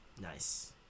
Nice